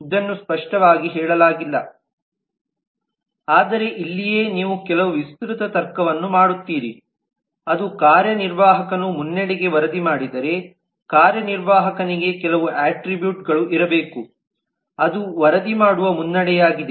ಇದನ್ನು ಸ್ಪಷ್ಟವಾಗಿ ಹೇಳಲಾಗಿಲ್ಲ ಆದರೆ ಇಲ್ಲಿಯೇ ನೀವು ಕೆಲವು ವಿಸ್ತೃತ ತರ್ಕವನ್ನು ಮಾಡುತ್ತೀರಿ ಅದು ಕಾರ್ಯನಿರ್ವಾಹಕನು ಮುನ್ನಡೆಗೆ ವರದಿ ಮಾಡಿದರೆ ಕಾರ್ಯನಿರ್ವಾಹಕನಿಗೆ ಕೆಲವು ಅಟ್ರಿಬ್ಯೂಟ್ಗಳು ಇರಬೇಕು ಅದು ವರದಿ ಮಾಡುವ ಮುನ್ನಡೆಯಾಗಿದೆ